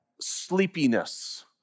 sleepiness